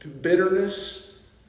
bitterness